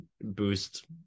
boost